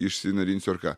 išsinarinsiu ar ką